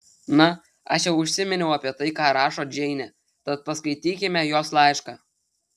na aš jau užsiminiau apie tai ką rašo džeinė tad paskaitykime jos laišką